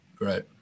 Right